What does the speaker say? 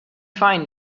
find